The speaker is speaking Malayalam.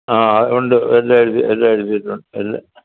ആ ഉണ്ട് എല്ലാം എഴുതി എല്ലാം എഴുതിയിട്ടുണ്ട് എല്ലാം